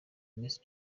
miss